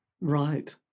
Right